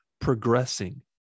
progressing